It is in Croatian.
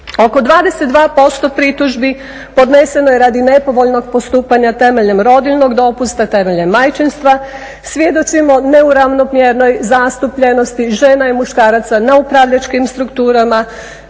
Oko 22% pritužbi podneseno je radi nepovoljnog postupanja temeljem rodiljnog dopusta, temeljem majčinstva. Svjedočimo neravnomjernoj zastupljenosti žena i muškaraca na upravljačkim strukturama.